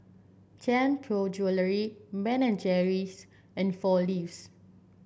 Tianpo Jewellery Ben and Jerry's and Four Leaves